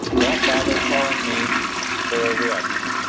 don't bother calling me for a reaction.